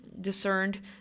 discerned